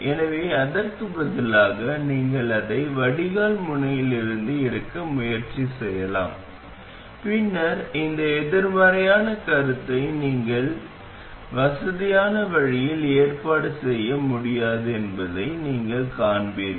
எனவே அதற்கு பதிலாக நீங்கள் அதை வடிகால் முனையிலிருந்து எடுக்க முயற்சி செய்யலாம் பின்னர் இந்த எதிர்மறையான கருத்தை நீங்கள் வசதியான வழியில் ஏற்பாடு செய்ய முடியாது என்பதை நீங்கள் காண்பீர்கள்